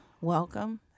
welcome